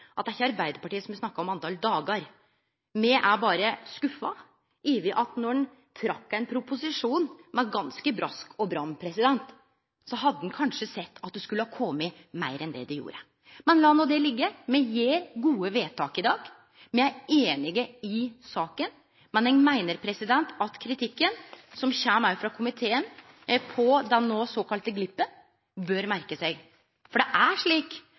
det er ikkje Arbeidarpartiet som har snakka om talet på dagar, me er berre skuffa over at då ein trekte ein proposisjon med brask og bram, burde ein kanskje sett at det skulle kome meir enn det gjorde. Men la det liggje, me gjer gode vedtak i dag. Me er einige i saka, men eg meiner at ein bør merke seg kritikken, som òg kjem frå komiteen, om den såkalla glippen. For det er slik